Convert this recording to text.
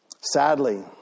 Sadly